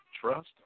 trust